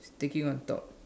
sticking on top